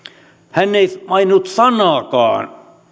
hän ei maininnut sanaakaan